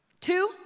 Two